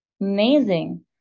Amazing